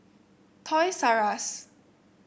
Toys R Us